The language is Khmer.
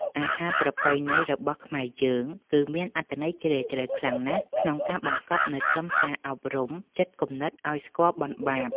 អាហារប្រពៃណីរបស់ខ្មែរយើងគឺមានអត្ថន័យជ្រាលជ្រៅខ្លាំងណាស់ក្នុងការបង្កប់នូវខ្លឹមសារអប់រំចិត្តគំនិតឱ្យស្គាល់បុណ្យបាប។